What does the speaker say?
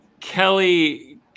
Kelly